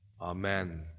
Amen